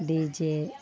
DJ